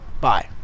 Bye